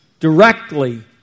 Directly